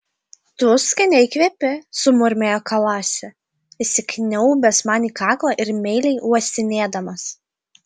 tu skaniai kvepi sumurmėjo kalasi įsikniaubęs man į kaklą ir meiliai uostinėdamas